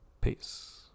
Peace